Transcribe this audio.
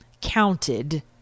counted